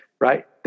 right